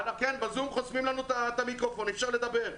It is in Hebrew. בזום חוסמים לנו את המיקרופון, אי אפשר לדבר.